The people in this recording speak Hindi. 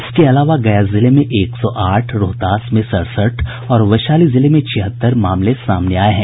इसके अलावा गया जिले में एक सौ आठ रोहतास में सड़सठ और वैशाली जिले में छिहत्तर मामले सामने आये हैं